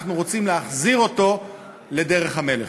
אנחנו רוצים להחזיר אותו לדרך המלך.